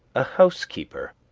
a housekeeper.